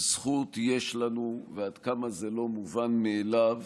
זכות יש לנו ועד כמה זה לא מובן מאליו